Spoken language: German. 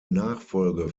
nachfolge